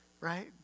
right